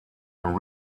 and